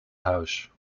huis